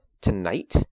tonight